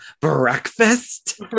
breakfast